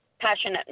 passionate